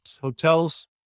hotels